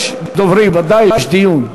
יש דוברים, ודאי, יש דיון.